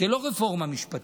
זה לא רפורמה משפטית,